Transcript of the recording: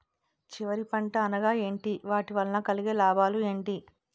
చివరి పంట అనగా ఏంటి వాటి వల్ల కలిగే లాభాలు ఏంటి